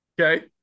Okay